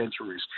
centuries